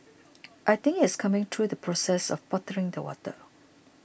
I think it is coming through the process of bottling the water